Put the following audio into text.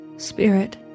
Spirit